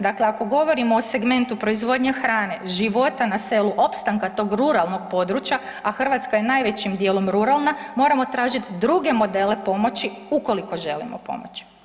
Dakle ako govorimo o segmentu proizvodnje hrane, života na selu, opstanka tog ruralnog područja, a Hrvatska je najvećim dijelom ruralna moramo tražiti druge modele pomoći ukoliko želimo pomoći.